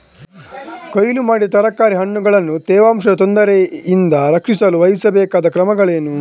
ಕೊಯ್ಲು ಮಾಡಿದ ತರಕಾರಿ ಹಣ್ಣುಗಳನ್ನು ತೇವಾಂಶದ ತೊಂದರೆಯಿಂದ ರಕ್ಷಿಸಲು ವಹಿಸಬೇಕಾದ ಕ್ರಮಗಳೇನು?